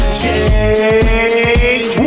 change